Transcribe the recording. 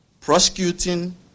prosecuting